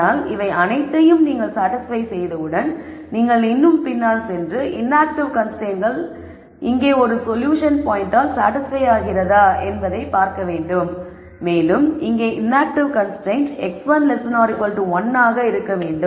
ஆனால் இவை அனைத்தையும் நீங்கள் சாடிஸ்பய் செய்தவுடன் நீங்கள் இன்னும் பின்னால் சென்று இன்ஆக்ட்டிவ் கன்ஸ்ரைன்ட்ஸ்கள் இங்கே இந்த சொல்யூஷன் பாயிண்ட்டால் சாடிஸ்பய் அடைகிறதா என்பதைப் பார்க்க வேண்டும் மேலும் இங்கே இன்ஆக்ட்டிவ் கன்ஸ்ரைன்ட் x1 1 ஆக இருக்க வேண்டும்